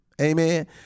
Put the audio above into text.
Amen